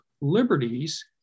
liberties